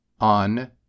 on